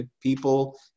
people